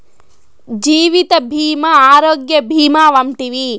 జీవిత భీమా ఆరోగ్య భీమా వంటివి